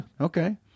Okay